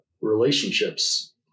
relationships